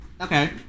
Okay